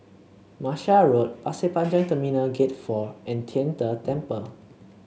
Martia Road Pasir Panjang Terminal Gate Four and Tian De Temple